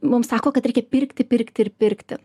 mums sako kad reikia pirkti pirkti ir pirkti